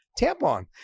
tampon